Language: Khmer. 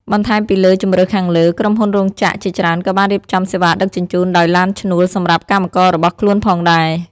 បន្ថែមពីលើជម្រើសខាងលើ ក្រុមហ៊ុនរោងចក្រជាច្រើនក៏បានរៀបចំសេវាដឹកជញ្ជូនដោយឡានឈ្នួលសម្រាប់កម្មកររបស់ខ្លួនផងដែរ។